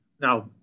Now